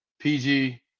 PG